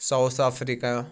south Africa